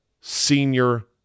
senior